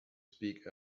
speak